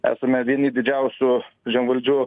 esame vieni didžiausių žemvaldžių